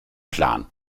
plan